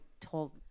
told